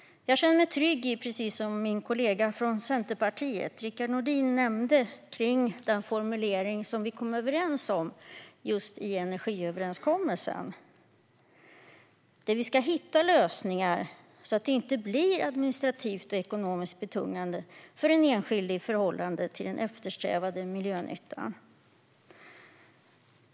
Jag känner mig trygg i den formulering som vi kom överens om just i energiöverenskommelsen, att vi ska hitta lösningar så att det inte blir administrativt och ekonomiskt betungande för den enskilde i förhållande till den eftersträvade miljönyttan, precis som min kollega Rickard Nordin från Centerpartiet också nämnde.